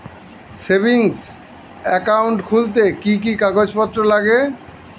Savings account খুলতে কি কি কাগজপত্র লাগে?